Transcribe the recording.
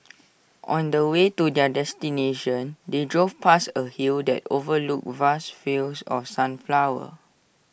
on the way to their destination they drove past A hill that overlooked vast fields of sunflowers